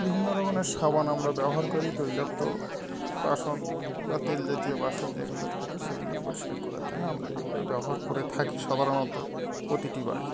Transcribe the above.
বিভিন্ন রকমের সাবান আমরা ব্যবহার করি তৈলক্ত বাসন বা তেল জাতীয় বাসন যেগুলো থাকে সেগুলো পরিষ্কার করার জন্য আমরা যেগুলো ব্যবহার করে থাকি সাধারণত প্রতিটি বাড়িতে